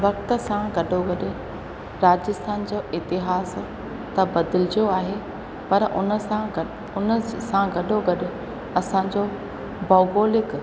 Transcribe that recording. वक़्त सां गॾो गॾु राजस्थान जो इतिहास त बदिलजो आहे पर उन सां गॾु उन सां गॾो गॾु असांजो भौगोलिक